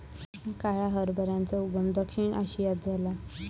काळ्या हरभऱ्याचा उगम दक्षिण आशियात झाला